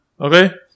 Okay